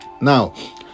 Now